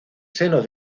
seno